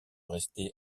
rester